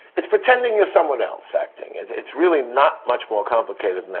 it's pretending you're someone else, actually. it's really not much more complicated than that.